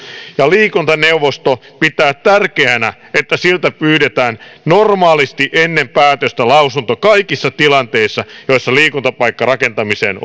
ja liikuntaneuvosto pitää tärkeänä että siltä pyydetään normaalisti ennen päätöstä lausunto kaikissa tilanteissa joissa liikuntapaikkarakentamiseen